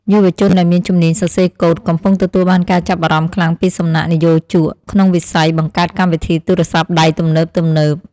យុវជនដែលមានជំនាញសរសេរកូដកំពុងទទួលបានការចាប់អារម្មណ៍ខ្លាំងពីសំណាក់និយោជកក្នុងវិស័យបង្កើតកម្មវិធីទូរស័ព្ទដៃទំនើបៗ។